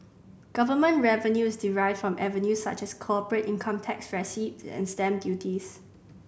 government revenue is derived from avenues such as corporate income tax receipts and stamp duties